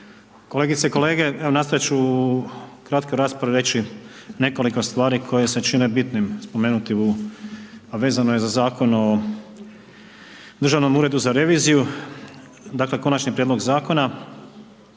kolegice i kolege. Evo nastojati ću u kratkoj raspravi reći nekoliko stvari koje se čine bitnim spomenuti u a vezano je za Zakon o Državnom uredu za reviziju. Dakle konačni prijedlog zakona.